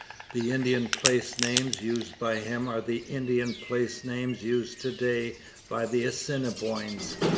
the indian place-names used by him are the indian place-names used to-day by the assiniboines.